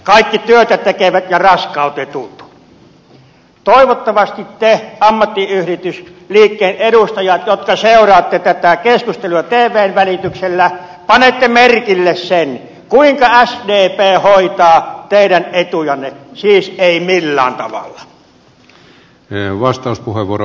kaikki työtä tekevät ja raskautetut toivottavasti te ammattiyhdistysliikkeen edustajat jotka seuraatte tätä keskustelua tvn välityksellä panette merkille sen kuinka sdp hoitaa teidän etujanne siis ei millään tavalla